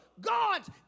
God's